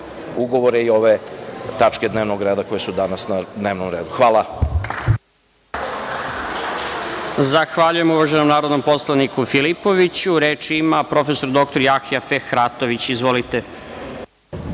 ugovore i ove tačke dnevnog reda koje su danas na dnevnom redu. Hvala. **Stefan Krkobabić** Zahvaljujem uvaženom narodnom poslaniku Filipoviću. Reč ima prof. dr Jahja Fehratović. Izvolite.